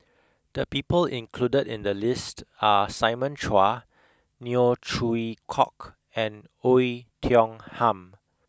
the people included in the list are Simon Chua Neo Chwee Kok and Oei Tiong Ham